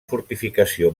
fortificació